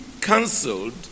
cancelled